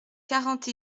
quarante